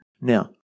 Now